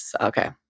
Okay